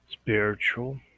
spiritual